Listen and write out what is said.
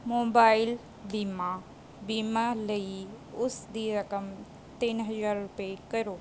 mobile ਬੀਮਾ ਬੀਮਾ ਲਈ ਉਸ ਦੀ ਰਕਮ ਤਿੰਨ ਹਜ਼ਾਰ ਰੁਪਏ ਕਰੋ